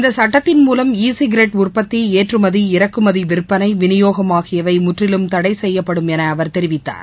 இந்தசுட்டத்தின் மூலம் e cigarette உற்பத்தி ஏற்றுமதி இறக்குமதிவிற்பனை விளியோகம் ஆகியவைமுற்றிலும் தடைசெய்யப்படும் எனஅவர் தெரிவித்தார்